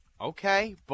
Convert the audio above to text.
Okay